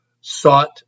sought